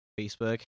facebook